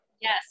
Yes